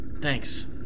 Thanks